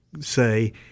say